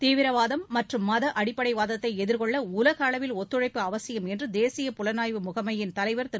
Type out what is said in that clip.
தீவிரவாதம் மற்றும் மத அடிப்படைவாதத்தை எதிர்கொள்ள உலக அளவில் ஒத்துழைப்பு அவசியம் என்று தேசிய புலனாய்வு முகமையின் தலைவர் திரு